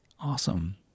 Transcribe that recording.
Awesome